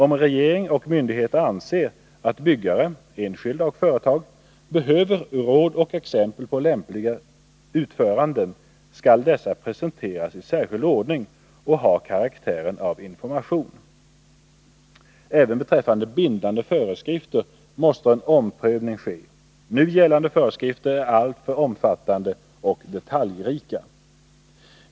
Om regering och myndigheter anser att byggare — enskilda och företag — behöver råd och exempel på lämpliga utföranden skall dessa presenteras i särskild ordning och ha karaktären av information. Även beträffande bindande föreskrifter måste en omprövning ske. Nu gällande föreskrifter är alltför omfattande och detaljrika.